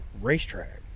racetrack